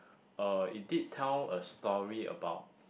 uh it did tell a story about